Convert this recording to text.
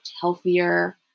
healthier